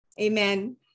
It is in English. Amen